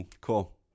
Cool